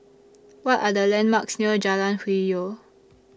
What Are The landmarks near Jalan Hwi Yoh